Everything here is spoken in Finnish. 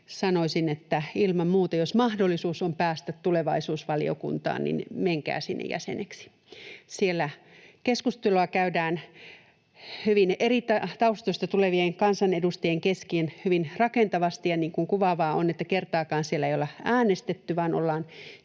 sanoisin, että ilman muuta, jos mahdollisuus on päästä tulevaisuusvaliokuntaan, menkää sinne jäseneksi. Siellä keskustelua käydään hyvin eri taustoista tulevien kansanedustajien kesken hyvin rakentavasti, ja kuvaavaa on, että kertaakaan siellä ei ole äänestetty, vaan ollaan